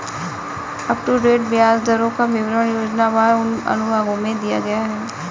up to date ब्याज दरों का विवरण योजनावार उन अनुभागों में दिया गया है